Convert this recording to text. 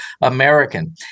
american